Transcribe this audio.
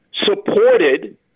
supported